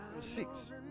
Six